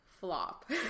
flop